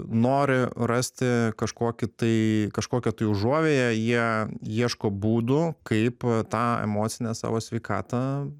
nori rasti kažkokį tai kažkokią tai užuovėją jie ieško būdų kaip tą emocinę savo sveikatą